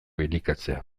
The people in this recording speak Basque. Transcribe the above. elikatzea